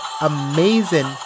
amazing